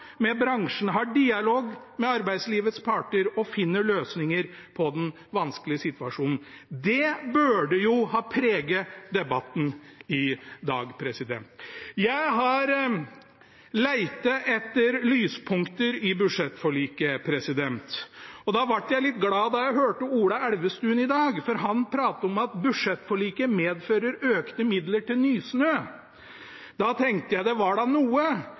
med bransjen, har dialog med arbeidslivets parter og finner løsninger på den vanskelige situasjonen. Det burde ha preget debatten i dag. Jeg har lett etter lyspunkter i budsjettforliket, og da ble jeg litt glad da jeg hørte Ola Elvestuen i dag, for han pratet om at budsjettforliket medfører økte midler til Nysnø. Da tenkte jeg: Det var da noe.